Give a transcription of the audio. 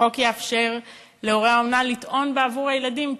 החוק יאפשר להורי האומנה לטעון בעבור הילדים,